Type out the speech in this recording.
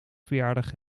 verjaardag